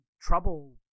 trouble